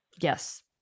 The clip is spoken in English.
Yes